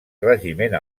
regiment